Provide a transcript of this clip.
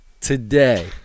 today